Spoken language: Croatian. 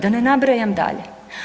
Da ne nabrajam dalje.